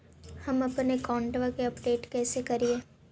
हमपन अकाउंट वा के अपडेट कैसै करिअई?